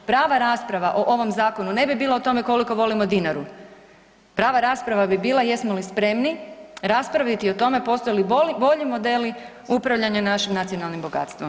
Prava rasprava o ovom zakonu ne bi bilo o tome koliko volimo Dinaru, prava rasprava bi bila jesmo li spremni raspraviti o tome postoje li bolji modeli upravljanja našim nacionalnim bogatstvom.